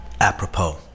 apropos